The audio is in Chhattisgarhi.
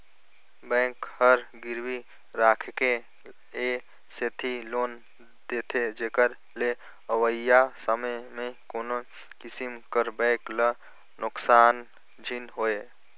बेंक हर गिरवी राखके ए सेती लोन देथे जेकर ले अवइया समे में कोनो किसिम कर बेंक ल नोसकान झिन होए